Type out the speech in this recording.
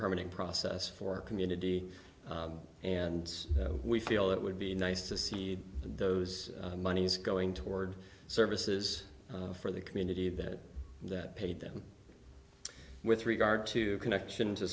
permanent process for community and we feel it would be nice to see those monies going toward services for the community that that paid them with regard to connection to